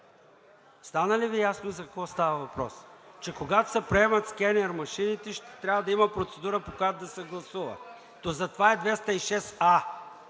Стана ли Ви ясно за какво става въпрос, че когато се приемат скенер машините, ще трябва да има процедура, по която да се гласува. Затова е 206а,